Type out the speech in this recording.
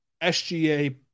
SGA